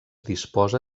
disposa